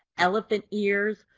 elephant ears,